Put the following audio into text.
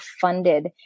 funded